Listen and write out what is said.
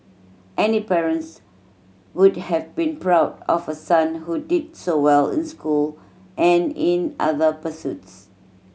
any parents would have been proud of a son who did so well in school and in other pursuits